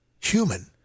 human